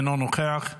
אינו נוכח.